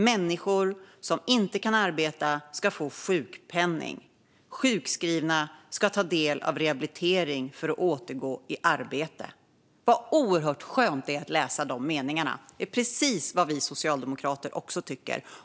Människor som inte kan arbeta ska få sjukpenning. Sjukskrivna ska ta del av rehabilitering för att kunna återgå i arbete." Vad oerhört skönt det är att höra de meningarna! Det är precis vad vi socialdemokrater också tycker.